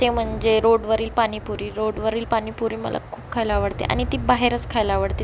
ते म्हणजे रोडवरील पाणीपुरी रोडवरील पाणीपुरी मला खूप खायला आवडते आणि ती बाहेरच खायला आवडते